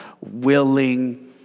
Willing